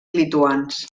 lituans